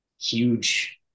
huge